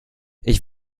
ich